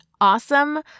awesome